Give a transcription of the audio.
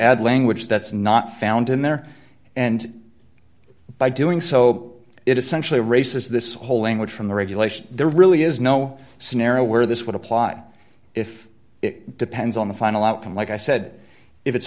add language that's not found in there and by doing so it essentially races this whole language from the regulation there really is no scenario where this would apply if it depends on the final outcome like i said if it's